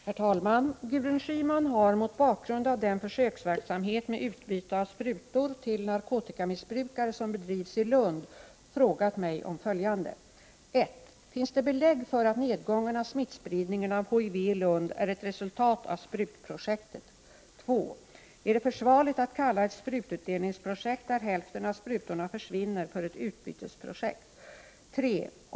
Herr talman! Gudrun Schyman har, mot bakgrund av den försöksverksamhet med utbyte av sprutor till narkotikamissbrukare som bedrivs i Lund, frågat mig om följande. 1. Finns det belägg för att nedgången av smittspridningen av HIV i Lund är ett resultat av sprutprojektet? 2. Är det försvarligt att kalla ett sprututdelningsprojekt där hälften av sprutorna försvinner för ett utbytesprojekt? 3.